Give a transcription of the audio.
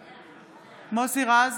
בעד מוסי רז,